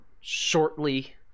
shortly